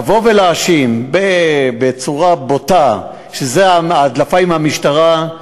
לבוא ולהאשים בצורה בוטה שההדלפה היא מהמשטרה,